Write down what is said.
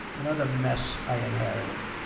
another mess i inherited.